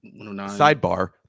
sidebar